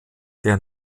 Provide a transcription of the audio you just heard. der